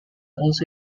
also